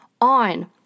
on